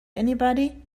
anybody